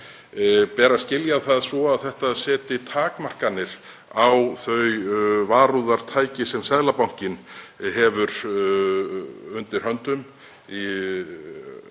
Ber að skilja það svo að þetta setji takmarkanir á þau varúðartæki sem Seðlabankinn hefur undir höndum?